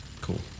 Cool